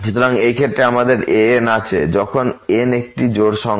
সুতরাং এই ক্ষেত্রে আমাদের an আছে যখন n এখানে একটি জোড় সংখ্যা